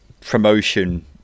promotion